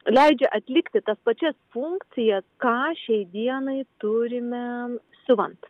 leidžia atlikti tas pačias funkcijas ką šiai dienai turime siuvant